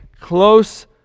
close